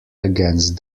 against